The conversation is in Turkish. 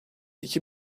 iki